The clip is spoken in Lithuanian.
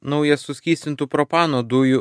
naujas suskystintų propano dujų